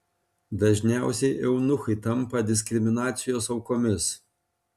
dažniausiai eunuchai tampa diskriminacijos aukomis